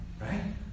Right